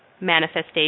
manifestation